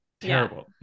Terrible